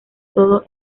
todo